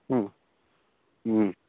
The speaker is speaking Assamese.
ও